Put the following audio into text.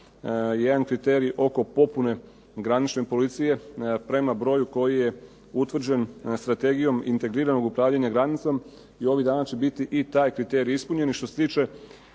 jedan kriterij oko popune granične policije prema broju koji je utvrđen strategijom integriranog upravljanja granicom i ovih dana će biti i taj kriterij ispunjen. Što se tiče